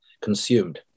consumed